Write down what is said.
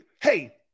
hey